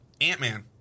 Ant-Man